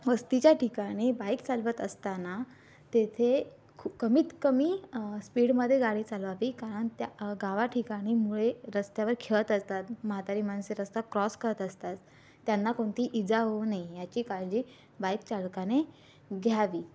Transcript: वस्तीच्या ठिकाणी बाईक चालवत असताना तेथे खु कमीत कमी स्पीडमध्ये गाडी चालवावी कारण त्या गावा ठिकाणी मुले रस्त्यावर खेळत असतात म्हातारी माणसे रस्ता क्रॉस करत असतात त्यांना कोणती इजा होऊ नये याची काळजी बाईक चालकाने घ्यावी